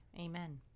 Amen